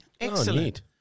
Excellent